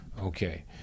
Okay